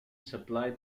supply